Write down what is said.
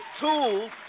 tools